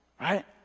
Right